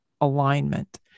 alignment